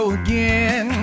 again